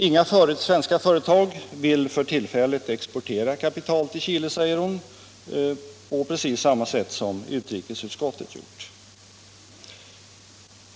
Inga svenska företag vill för tillfället exportera kapital till Chile, säger fru Sundberg, på precis samma sätt som utrikesutskottet gjort.